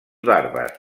bàrbars